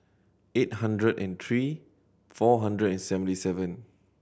hundred and three four hundred and seventy seven